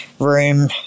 room